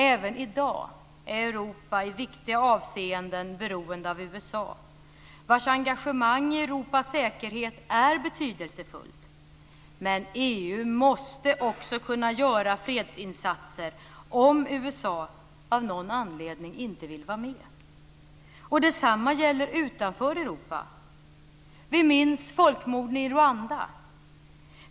Även i dag är Europa i viktiga avseenden beroende av USA, vars engagemang i Europas säkerhet är betydelsefullt, men EU måste också kunna göra fredsinsatser om USA av någon anledning inte vill vara med. Detsamma gäller också utanför Europa. Vi minns folkmorden i Rwanda.